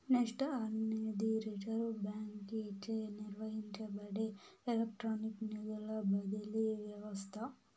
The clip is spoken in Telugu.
నెస్ట్ అనేది రిజర్వ్ బాంకీచే నిర్వహించబడే ఎలక్ట్రానిక్ నిధుల బదిలీ వ్యవస్త